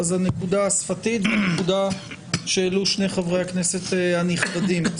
הנקודה השפתית והנקודה שהעלו שני חברי הכנסת הנכבדים.